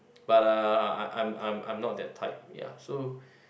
but uh I'm I'm I'm not that type ya so